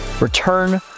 return